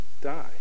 die